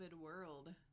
world